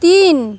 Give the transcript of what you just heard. তিন